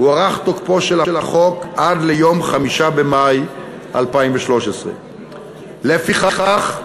הוארך תוקפו של החוק עד ליום 5 במאי 2013. לפיכך,